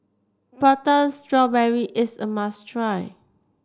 Prata Strawberry is a must try